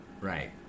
Right